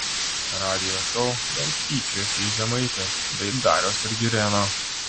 radijo šou jau tyčiojasi iš žemaitės bei dariaus ir girėno